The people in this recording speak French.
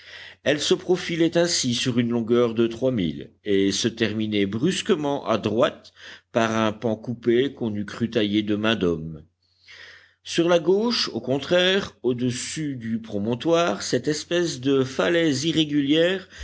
elle se profilait ainsi sur une longueur de trois milles et se terminait brusquement à droite par un pan coupé qu'on eût cru taillé de main d'homme sur la gauche au contraire au-dessus du promontoire cette espèce de falaise irrégulière